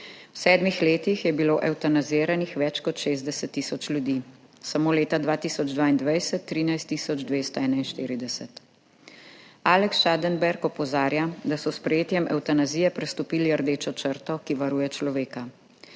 V sedmih letih je bilo evtanaziranih več kot 60 tisoč ljudi, samo leta 2022 13 tisoč 241. Alex Schadenberg opozarja, da so s sprejetjem evtanazije prestopili rdečo črto, ki varuje človeka.